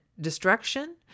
Destruction